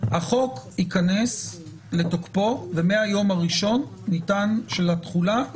הם יגיעו לבית המשפט עם העצור הראשון ויצאו עם העצור האחרון.